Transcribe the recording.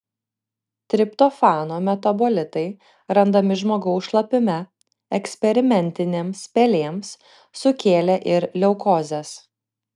triptofano metabolitai randami žmogaus šlapime eksperimentinėms pelėms sukėlė ir leukozes